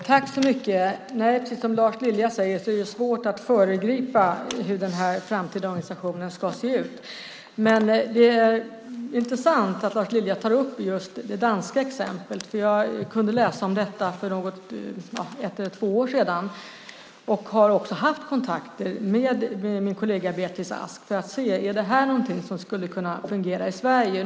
Fru talman! Som Lars Lilja säger är det svårt att föregripa hur den framtida organisationen ska se ut. Men det är intressant att Lars Lilja tar upp just det danska exemplet. Jag kunde läsa om det för ett eller två år sedan och har också haft kontakter med min kollega Beatrice Ask för att se om det här är någonting som skulle kunna fungera i Sverige.